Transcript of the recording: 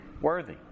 worthy